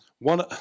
one